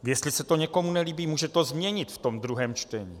Jestli se to někomu nelíbí, může to změnit ve druhém čtení.